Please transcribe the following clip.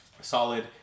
solid